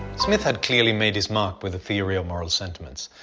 smith had clearly made his mark with the theory of moral sentiments,